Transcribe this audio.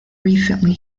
recently